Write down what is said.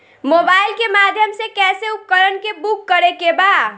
Mobile के माध्यम से कैसे उपकरण के बुक करेके बा?